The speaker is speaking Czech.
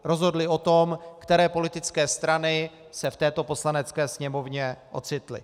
Rozhodli o tom, které politické strany se v této Poslanecké sněmovně ocitly.